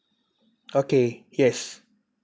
okay yes